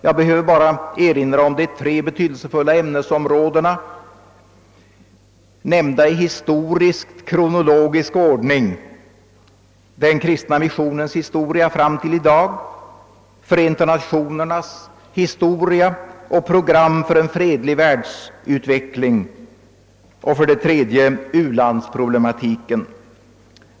Jag behöver bara erinra om tre betydelsefulla ämnesområden, nämnda i historiskt kronologisk ordning: den kristna missionens historia fram till i dag, Förenta Nationernas historia och program för en fredlig världsutveckling och u-landsproblematiken.